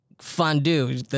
fondue